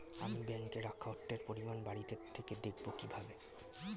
আমি ব্যাঙ্কে রাখা অর্থের পরিমাণ বাড়িতে থেকে দেখব কীভাবে?